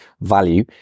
value